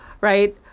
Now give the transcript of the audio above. right